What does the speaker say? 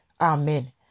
amen